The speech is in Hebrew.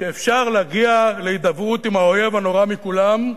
שאפשר להגיע להידברות עם האויב הנורא מכולם.